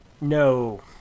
No